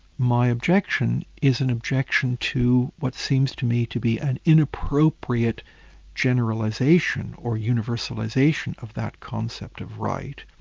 my objection is an objection to what seems to me to be an inappropriate generalisation or universalisation of that concept of right.